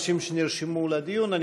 כמה אנשים נרשמו לדיון.